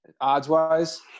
odds-wise